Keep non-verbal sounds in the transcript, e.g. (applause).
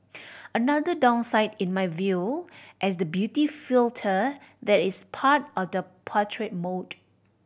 (noise) another downside in my view is the beauty filter that is part of the portrait mode